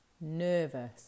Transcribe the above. nervous